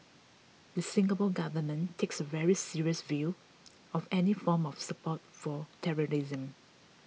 the Singapore Government takes a very serious view of any form of support for terrorism